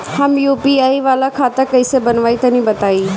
हम यू.पी.आई वाला खाता कइसे बनवाई तनि बताई?